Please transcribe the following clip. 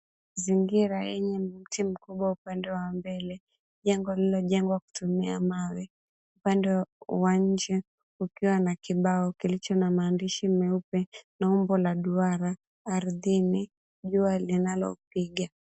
Mazingira yenye mti mkubwa upande wa mbele, jengo lililojengwa kutumia mawe upande wa nje ukiwa na kibao kilicho na maandishi meupe na umbo la duara ardhini dua linalopiga.